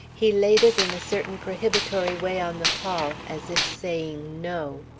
he laid it in a certain prohibitory way on the pall, as if saying no.